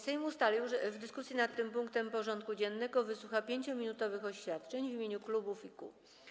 Sejm ustalił, że w dyskusji nad tym punktem porządku dziennego wysłucha 5-minutowych oświadczeń w imieniu klubów i kół.